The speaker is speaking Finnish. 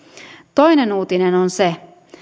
toinen uutinen on se